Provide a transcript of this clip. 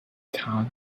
town